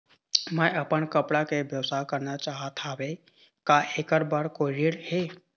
मैं अपन कपड़ा के व्यवसाय करना चाहत हावे का ऐकर बर कोई ऋण हे?